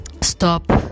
Stop